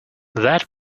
that